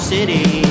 City